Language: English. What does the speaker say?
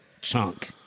Chunk